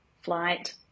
flight